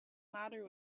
matter